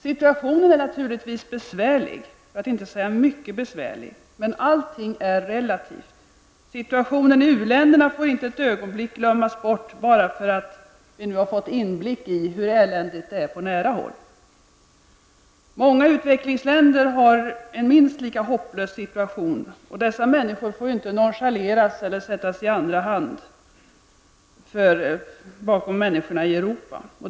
Situationen är naturligtvis besvärlig, för att inte säga mycket besvärlig, men allting är relativt. Situationen i uländerna får inte ett ögonblick glömmas bort bara för att vi har fått inblick i hur eländigt det är på nära håll. Många utvecklingsländer har en minst lika hopplös situation. Och dessa människor får inte nonchaleras eller sättas i andra hand på grund av människorna i Europa.